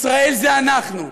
ישראל זה אנחנו,